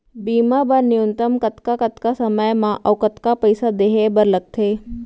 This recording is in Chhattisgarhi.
बीमा बर न्यूनतम कतका कतका समय मा अऊ कतका पइसा देहे बर लगथे